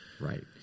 Right